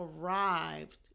arrived